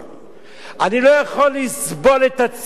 אני לא יכול לסבול את הצביעות הזאת.